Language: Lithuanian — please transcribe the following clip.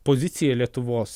pozicija lietuvos